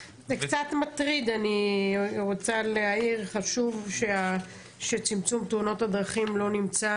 אני רוצה להעיר שזה קצת מטריד שצמצום תאונות הדרכים לא נמצא